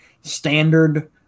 standard